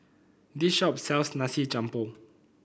this shop sells Nasi Campur